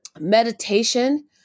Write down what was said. meditation